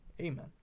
Amen